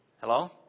Hello